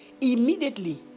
Immediately